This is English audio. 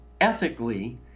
ethically